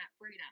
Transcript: freedom